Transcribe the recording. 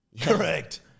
Correct